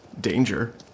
danger